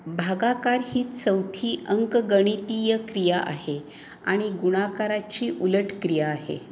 भागाकार ही चौथी अंकगणितीय क्रिया आहे आणि गुणाकाराची उलट क्रिया आहे